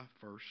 first